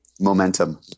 Momentum